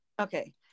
okay